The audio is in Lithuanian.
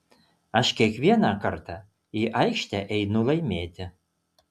aš kiekvieną kartą į aikštę einu laimėti